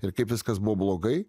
ir kaip viskas buvo blogai